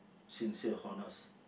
sincere honest